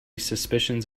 suspicions